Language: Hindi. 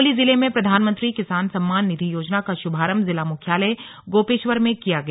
चमोली जिले में प्रधानमंत्री किसान सम्मान निधि योजना का शुभारंभ जिला मुख्यालय गोपेश्वर में किया गया